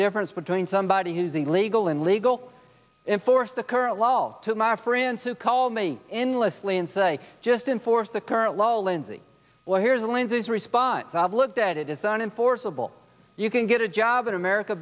difference between somebody who's illegal and legal in force the current law to my friends who call me endlessly and say just enforce the current law lindsey well here's the lenses response i've looked at it isn't enforceable you can get a job in america